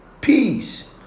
Peace